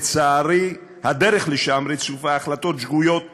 לצערי, הדרך לשם רצופה החלטות שגויות שלך.